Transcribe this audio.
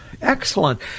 Excellent